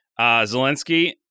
Zelensky